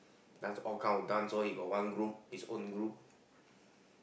dance all kind of dance lor he got one group his own group